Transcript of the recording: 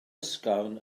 ysgafn